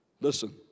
Listen